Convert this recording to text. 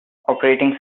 operating